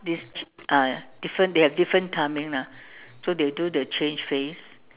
this ah different they have different timing lah so they do the change face